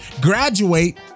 graduate